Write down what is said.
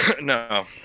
No